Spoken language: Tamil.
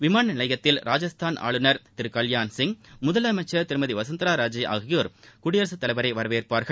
விமான நிலையத்தில் ராஜஸ்தான் ஆளுநர் திரு கல்பாண்சிங் முதலமைச்சர் திருமதி வசுந்தரா ராஜே ஆகியோர் குடியரசுத்தலைவரை வரவேற்பார்கள்